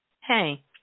hey